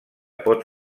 pot